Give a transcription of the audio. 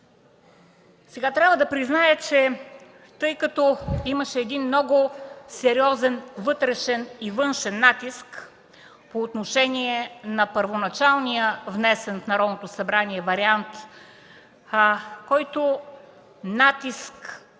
Трябва да призная, че тъй като имаше един много сериозен вътрешен и външен натиск по отношение на първоначално внесения в Народното събрание вариант, който натиск